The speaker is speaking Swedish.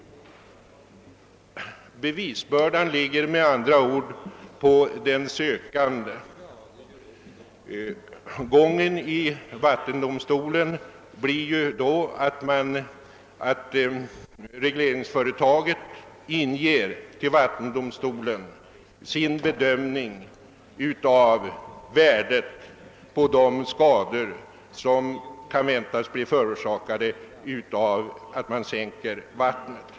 Bevisbördan ligger med andra ord på den sökande. Gången i vattendomstolen blir då att regleringsföretaget till vattendomstolen inger sin bedömning av värdet på de skador som kan väntas bli förorsakade av en sänkning av vattennivån.